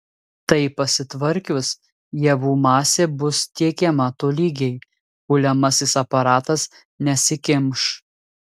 tai pasitvarkius javų masė bus tiekiama tolygiai kuliamasis aparatas nesikimš